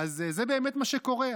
זה באמת מה שקורה.